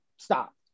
Stop